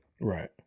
right